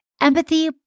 Empathy